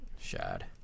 Shad